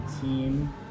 team